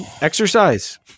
exercise